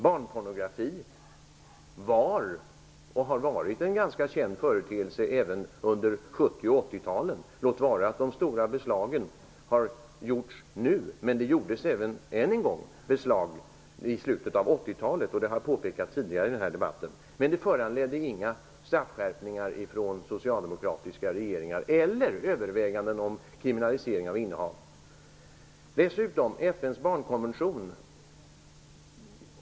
Barnpornografi var en ganska känd företeelse även under 70 och 80-talen, låt vara att de stora beslagen har gjorts nu. Men det gjordes beslag -- och det vill jag än en gång säga -- redan i slutet av 80-talet, men det föranledde inga straffskärpningar eller överväganden om kriminalisering av innehav från socialdemokratiska regeringar.